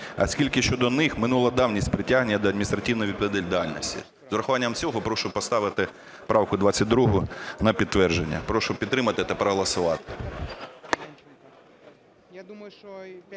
оскільки щодо них минула давність притягнення до адміністративної відповідальності. З урахуванням цього прошу поставити правку 22 на підтвердження. Прошу підтримати та проголосувати.